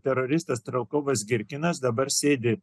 teroristas dabar sėdi